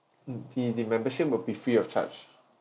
mm the the membership will be free of charge